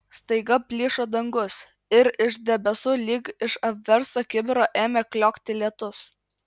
staiga plyšo dangus ir iš debesų lyg iš apversto kibiro ėmė kliokti lietus